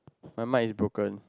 my mic is broken